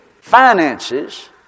finances